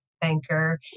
banker